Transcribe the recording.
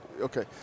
Okay